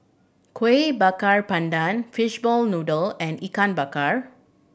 Kuih Bakar Pandan fishball noodle and Ikan Bakar